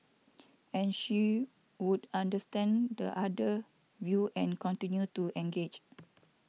and she would understand the other view and continue to engage